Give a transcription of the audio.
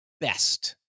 best